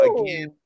Again